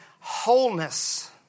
wholeness